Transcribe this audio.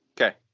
Okay